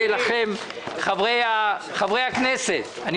צו שיפורסם בעניין רכבי יוקרה שתוקפו שנתיים אושר באופן עקרוני.